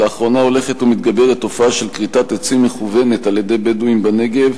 לאחרונה הולכת ומתגברת תופעה של כריתת עצים מכוונת על-ידי בדואים בנגב,